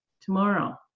tomorrow